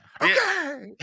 Okay